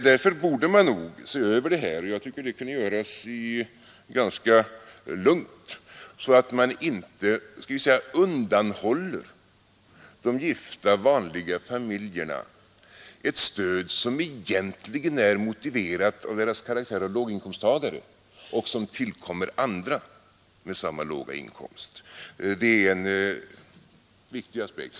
Därför borde man nog se över detta, och jag tycker det kunde göras ganska lugnt, så att man inte undanhåller de gifta vanliga familjerna ett stöd som egentligen är motiverat av deras karaktär av låginkomsttagare och som tillkommer alla andra med samma låga inkomst. Det är en viktig aspekt.